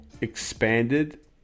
expanded